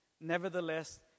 Nevertheless